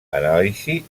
anàlisi